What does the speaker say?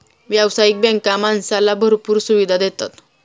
व्यावसायिक बँका माणसाला भरपूर सुविधा देतात